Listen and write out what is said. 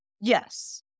Yes